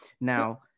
Now